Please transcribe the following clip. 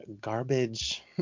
garbage